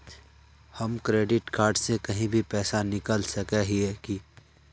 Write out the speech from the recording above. हम credit card से कहीं भी पैसा निकल सके हिये की?